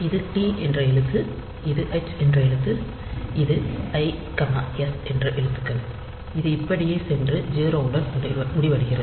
இது t என்ற எழுத்து இது h என்ற எழுத்து இது i s என்ற எழுத்துக்கள் இது இப்படியே சென்று 0 உடன் முடிவடைகிறது